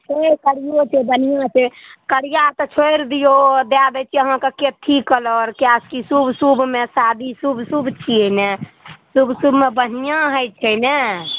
छै करियौ छै बढ़िऑं छै करिया तऽ छोड़ि दियौ दए दै छियै अहाँके के कैथी कलर किएकि शुभ शुभमे शादी शुभ शुभ छियै ने शुभ शुभमे बढ़िआँ होइ छै ने